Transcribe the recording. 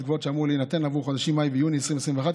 קבועות שאמור להינתן עבור חודשים מאי ויוני 2021,